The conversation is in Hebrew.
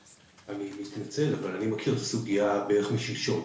אני מתנצל אבל אני מכיר את הסוגייה בערך מאז שלשום